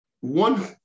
one